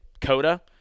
Coda